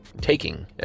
taking